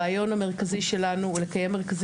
הרעיון המרכזי שלנו הוא לקיים מרכזי